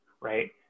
right